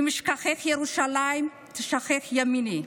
"אם אשכחך ירושלים תשכח ימיני",